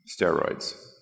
steroids